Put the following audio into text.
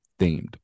Themed